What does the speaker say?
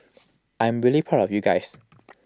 I'm really proud of you guys